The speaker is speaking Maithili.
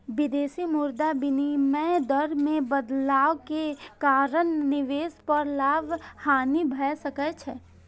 विदेशी मुद्रा विनिमय दर मे बदलाव के कारण निवेश पर लाभ, हानि भए सकै छै